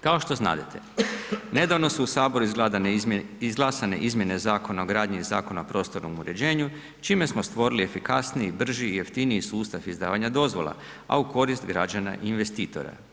Kao što znadete, nedavno su u HS izglasane izmjene Zakona o gradnji i Zakona o prostornom uređenju, čime smo stvorili efikasniji, brži i jeftiniji sustav izdavanja dozvola, a u korist građana i investitora.